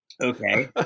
Okay